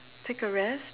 take a rest